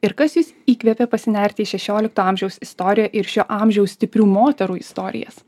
ir kas jus įkvėpė pasinerti į šešiolikto amžiaus istoriją ir šio amžiaus stiprių moterų istorijas